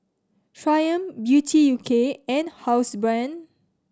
Triumph Beauty U K and Housebrand